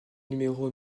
numéro